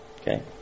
Okay